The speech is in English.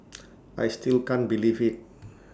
I still can't believe IT